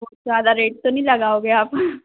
बहुत ज़्यादा रेट तो नहीं लगाओगे आप